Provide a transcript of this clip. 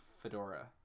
fedora